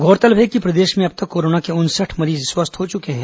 गौरतलब है कि प्रदेश में अब तक कोरोना के उनसठ मरीज स्वस्थ हो चुके हैं